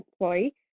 employee